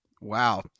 Wow